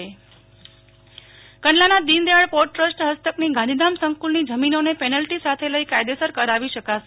Nehal Thakkar Deendayal port કંડલાના Deen Dayal port trust હસ્તકની ગાંધીધામ સંકુલની જમીનોને પેનલ્ટી સાથે લઈ કાયદેસર કરાવી શકાશે